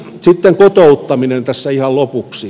sitten kotouttaminen tässä ihan lopuksi